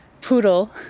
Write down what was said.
poodle